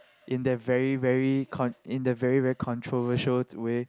in that very very con~ in that very very controversial way